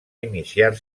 iniciar